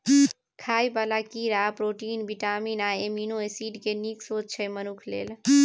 खाइ बला कीड़ा प्रोटीन, बिटामिन आ एमिनो एसिड केँ नीक स्रोत छै मनुख लेल